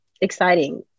exciting